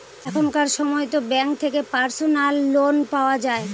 এখনকার সময়তো ব্যাঙ্ক থেকে পার্সোনাল লোন পাওয়া যায়